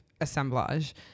assemblage